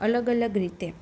અલગ અલગ રીતે